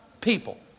People